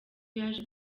yaje